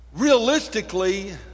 realistically